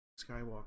Skywalker